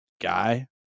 guy